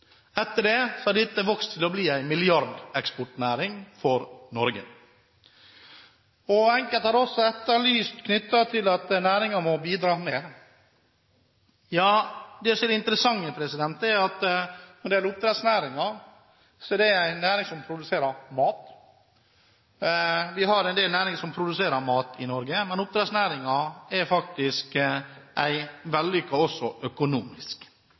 Etter det har dette vokst til å bli en milliardeksportnæring for Norge. Enkelte har også etterlyst at næringen må bidra mer. Det som er det interessante, er at oppdrettsnæringen er en næring som produserer mat. Vi har en del næringer som produserer mat i Norge, men oppdrettsnæringen er faktisk en vellykket næring, også økonomisk